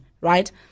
right